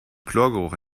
chlorgeruch